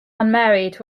unmarried